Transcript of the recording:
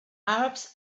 arabs